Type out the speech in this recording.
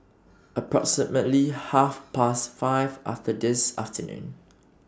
approximately Half Past five after This afternoon